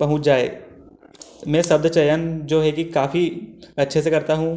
पहुँच जाए मैं शब्द चयन जो है कि काफ़ी अच्छे से करता हूँ